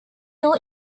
two